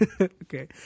okay